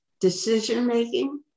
decision-making